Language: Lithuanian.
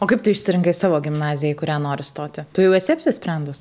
o kaip tu išsirinkai savo gimnaziją į kurią nori stoti tu jau esi apsisprendus